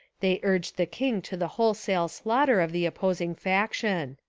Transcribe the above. they urged the king to the whole sale slaughter of the opposing faction.